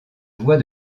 voie